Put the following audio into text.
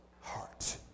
heart